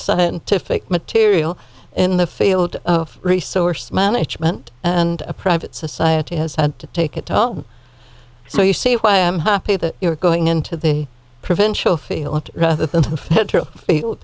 scientific material in the field of resource management and a private society has had to take it all so you see why i am happy that you're going into the provincial feel rather than to